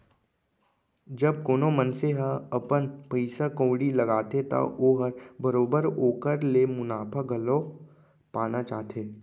जब कोनो मनसे ह अपन पइसा कउड़ी लगाथे त ओहर बरोबर ओकर ले मुनाफा घलौ पाना चाहथे